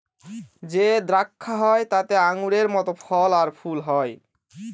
যে দ্রাক্ষা হয় তাতে আঙুরের মত ফল আর ফুল হয়